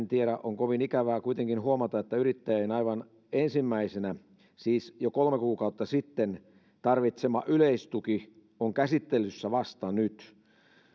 tiedä on kovin ikävää kuitenkin huomata että yrittäjän aivan ensimmäisenä siis jo kolme kuukautta sitten tarvitsema yleistuki on käsittelyssä vasta nyt